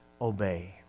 obey